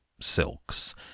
silks